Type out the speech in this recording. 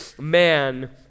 man